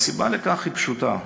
והסיבה לכך היא פשוטה: